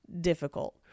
difficult